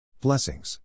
Blessings